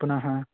पुनः